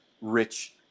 rich